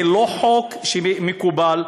זה לא חוק מקובל,